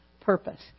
purpose